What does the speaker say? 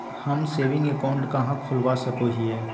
हम saving account कहाँ खोलवा सको हियै?